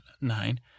nine